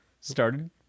started